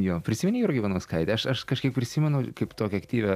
jo prisimeni jurgą ivanauskaitę aš aš kažkiek prisimenu kaip tokią aktyvią